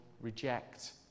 reject